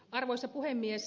arvoisa puhemies